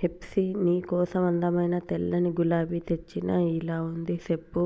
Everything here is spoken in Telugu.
హెప్సీ నీ కోసం అందమైన తెల్లని గులాబీ తెచ్చిన ఎలా ఉంది సెప్పు